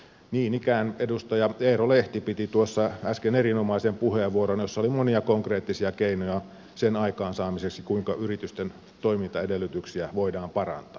niin ikään edustaja eero lehti piti tuossa äsken erinomaisen puheenvuoron jossa oli monia konkreettisia keinoja sen aikaansaamiseksi kuinka yritysten toimintaedellytyksiä voidaan parantaa